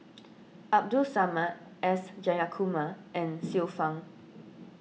Abdul Samad S Jayakumar and Xiu Fang